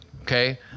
Okay